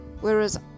Whereas